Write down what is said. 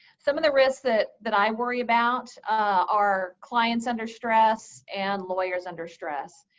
some of the risks that that i worry about are clients under stress and lawyers under stress.